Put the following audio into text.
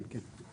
כן, כן.